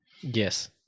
Yes